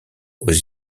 aux